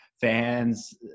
fans